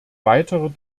weiterer